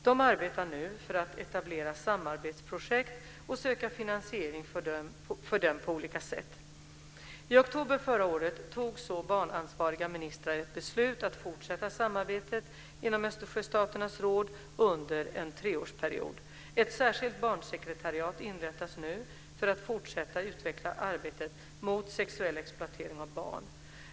De arbetar nu för att etablera samarbetsprojekt och söka finansiering för dem på olika sätt. I oktober förra året fattade så barnansvariga ministrar ett beslut att fortsätta samarbetet inom Östersjöstaternas råd under en treårsperiod. Ett särskilt barnsekretariat inrättas nu för att fortsätta utveckla arbetet mot sexuell exploatering av barn.